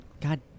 God